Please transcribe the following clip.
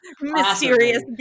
Mysterious